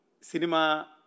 cinema